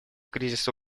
кризису